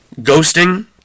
Ghosting